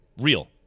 Real